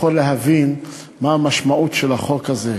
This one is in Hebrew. יכול להבין מה המשמעות של החוק הזה.